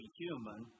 human